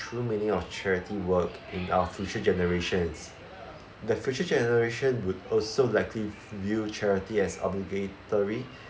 true meaning of charity work in our future generations the future generation would also likely view charity as obligatory